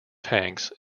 tanks